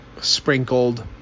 sprinkled